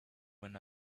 when